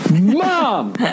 Mom